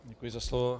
Děkuji za slovo.